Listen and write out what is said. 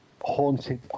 haunted